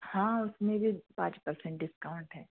हाँ उसमें भी पाँच परसेंट डिस्काउंट है